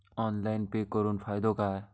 Online pay करुन फायदो काय?